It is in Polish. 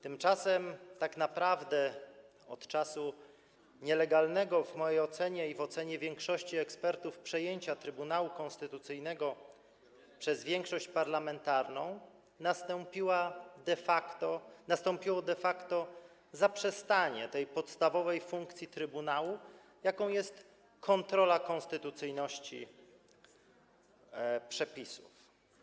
Tymczasem tak naprawdę od czasu nielegalnego w mojej ocenie i w ocenie większości ekspertów przejęcia Trybunału Konstytucyjnego przez większość parlamentarną nastąpiło de facto zaprzestanie sprawowania przez trybunał tej podstawowej funkcji, jaką jest kontrola konstytucyjności przepisów.